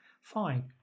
fine